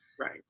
Right